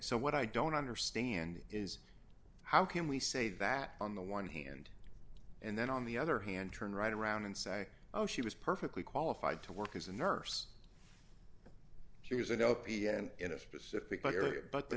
so what i don't understand is how can we say that on the one hand and then on the other hand turn right around and say oh she was perfectly qualified to work as a nurse she was an lpn in a specific but area but the